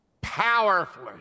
powerfully